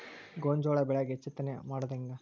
ಗೋಂಜಾಳ ಬೆಳ್ಯಾಗ ಹೆಚ್ಚತೆನೆ ಮಾಡುದ ಹೆಂಗ್?